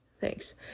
Thanks